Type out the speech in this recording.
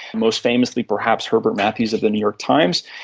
most famously perhaps herbert matthews of the new york times.